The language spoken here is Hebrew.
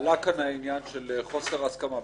עלה כאן העניין של חוסר הסכמה.